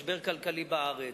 משבר כלכלי בארץ,